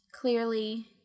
clearly